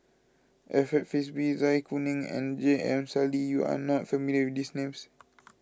Alfred Frisby Zai Kuning and J M Sali you are not familiar with these names